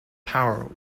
power